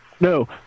No